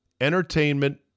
entertainment